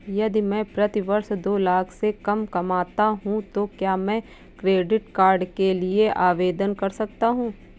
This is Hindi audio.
यदि मैं प्रति वर्ष दो लाख से कम कमाता हूँ तो क्या मैं क्रेडिट कार्ड के लिए आवेदन कर सकता हूँ?